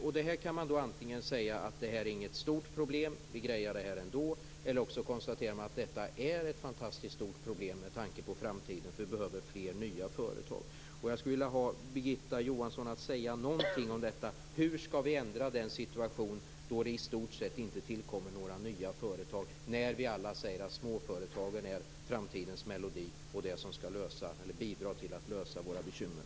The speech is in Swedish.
Om detta kan man antingen säga att det inte är något stort problem och att vi grejar det här ändå, eller också konstaterar man att detta är ett fantastiskt stort problem med tanke på framtiden eftersom vi behöver nya företag. Jag skulle vilja ha Birgitta Johansson att säga någonting om detta. Hur skall vi ändra en situation där det i stort sett inte tillkommer några nya företag, när vi alla säger att småföretagen är framtidens melodi och det som skall bidra till att lösa våra bekymmer?